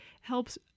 helps